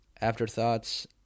Afterthoughts